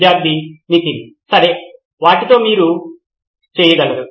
విద్యార్థి నితిన్ సరే వాటితో మీరు చేయగలరు